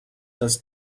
does